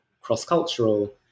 cross-cultural